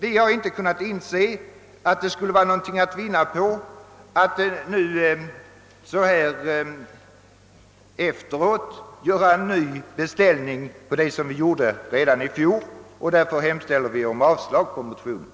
Vi har inte kunnat inse att det skulle vara något att vinna på en ny beställning utöver den som vi gjorde redan i fjol. Vi hemställer därför om avslag på motionen.